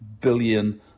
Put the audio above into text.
billion